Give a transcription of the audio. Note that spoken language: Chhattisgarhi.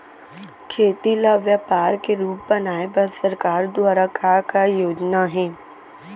खेती ल व्यापार के रूप बनाये बर सरकार दुवारा का का योजना हे?